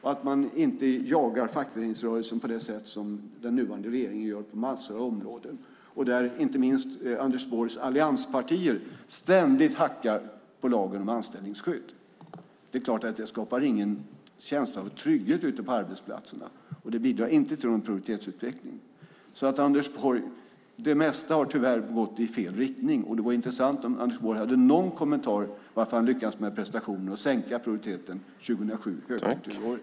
Man ska inte jaga fackföreningsrörelsen på det sätt som den nuvarande regeringen gör på massor av områden, och där inte minst Anders Borgs allianspartier ständigt hackar på lagen om anställningsskydd. Det är klart att det inte skapar någon känsla av trygghet ute på arbetsplatserna, och det bidrar inte till någon produktivitetsutveckling. Anders Borg! Det mesta har tyvärr gått i fel riktning, och det vore intressant om Anders Borg hade någon kommentar till hur han lyckades med prestationen att sänka produktiviteten 2007, under högkonjunkturåret.